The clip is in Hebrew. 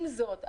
עם זאת,